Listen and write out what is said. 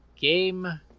game